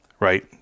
right